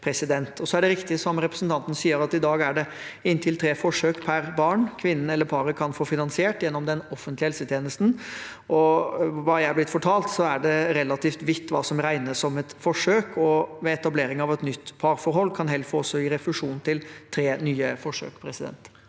Det er riktig som representanten sier, at det i dag er inntil tre forsøk per barn kvinnen eller paret kan få finansiert gjennom den offentlige helsetjenesten. Etter hva jeg er blitt fortalt, er det relativt vidt hva som regnes som et forsøk, og ved etablering av et nytt parforhold kan Helfo også gi refusjon til tre nye forsøk. Ingvild